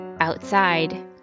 outside